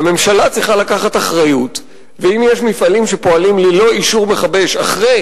נמשיך, טוב שלא אמרו לך השר בנימין זאב בגין.